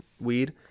weed